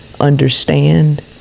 Understand